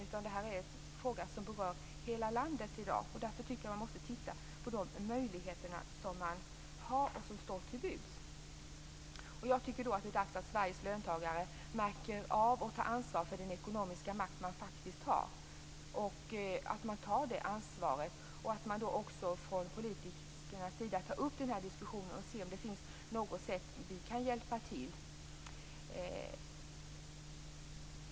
Det här är en fråga som i dag berör hela landet. Därför tycker jag att man måste titta på de möjligheter som man har och som står till buds. Jag tycker att det är dags att Sveriges löntagare märker av och tar ansvar för den ekonomiska makt de faktiskt har. Man måste också från politikernas sida ta upp diskussionen och se om det finns något sätt på vilket vi politiker kan hjälpa till.